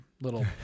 little